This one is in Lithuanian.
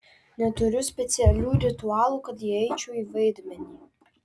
neturiu specialių ritualų kad įeičiau į vaidmenį